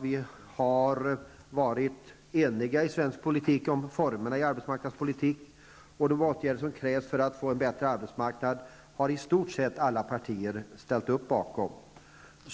vi i svensk politik varit eniga om formerna för arbetsmarknadspolitiken. De åtgärder som krävs för att få en bättre arbetsmarknad har i stort sett alla partier ställt sig bakom.